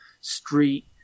street